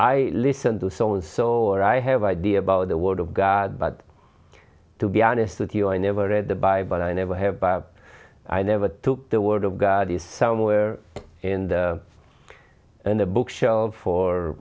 i listen to so and so far i have idea about the word of god but to be honest with you i never read the bible i never have i never took the word of god is somewhere in the in the book shelf for